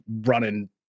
running